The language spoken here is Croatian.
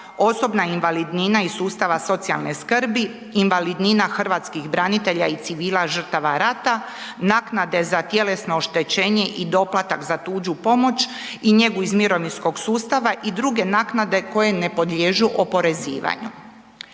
osobna invalidnina iz sustava socijalne skrbi, invalidnina hrvatskih branitelja i civila žrtava rata, naknade za tjelesno oštećenje i doplatak za tuđu pomoć i njegu iz mirovinskog sustava i druge naknade koje ne podliježu oporezivanju.